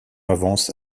avance